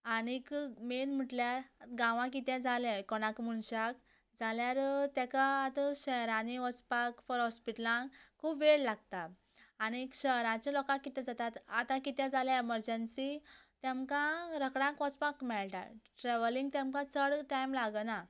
आनी मेन म्हणल्यार गांवांत कितें जालें कोणाक मनशाक जाल्यार ताका आतां शहरांनी वचपाक फॉर हॉस्पिटलांत खूब वेळ लागता आनी शहराच्या लोकांक कितें जाता आतां कितें जालें एमरजंसी तेमकां रोखडेंच वचपाक मेळटा ट्रॅवलींग तेमकां चड टायम लागना